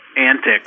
antics